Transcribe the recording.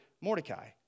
Mordecai